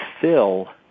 fill